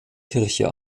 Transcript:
kirche